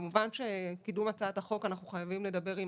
כמובן שקידום הצעת החוק אנחנו חייבים לדבר עם